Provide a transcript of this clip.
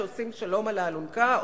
שעושים "שלום" על האלונקה,